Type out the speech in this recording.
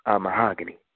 mahogany